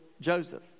Joseph